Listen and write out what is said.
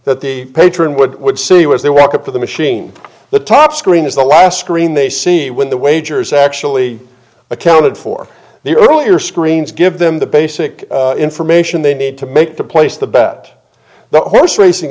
that the patron would would see you as they walk up to the machine the top screen is the last screen they see when the wagers actually accounted for the earlier screens give them the basic information they need to make to place the bet that horse racing